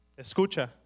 Escucha